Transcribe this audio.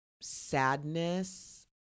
sadness